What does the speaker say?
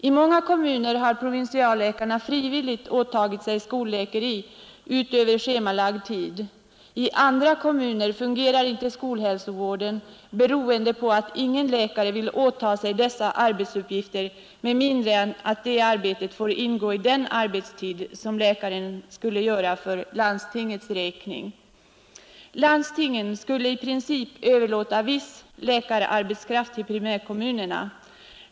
I många kommuner har provinsialläkarna frivilligt åtagit sig ”skolläkeri” utöver schemalagd tid. I andra kommuner fungerar inte skolhälsovården beroende på att ingen läkare vill åta sig uppgifter med mindre än att detta arbete får ingå i den arbetstid som läkaren skall fullgöra för landstingets räkning. Landstingen skulle i princip överlåta viss läkararbetskraft till primärkommunerna.